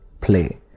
play